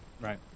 Right